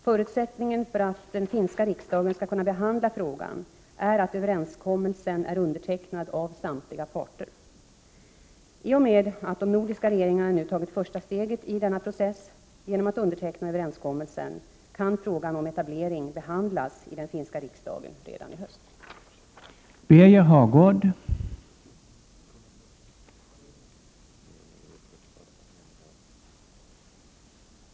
Förutsättningen för att den finska riksdagen skall kunna behandla frågan är att överenskommelsen är undertecknad av samtliga parter. I och med att de nordiska regeringarna nu tagit första steget i denna process, genom att underteckna överenskommelsen, kan frågan om etableringen behandlas i den finska riksdagen redan i höst. Då Alf Wennerfors, som framställt frågan, anmält att han var förhindrad att närvara vid sammanträdet, medgav andre vice talmannen att Birger Hagård i stället fick delta i överläggningen.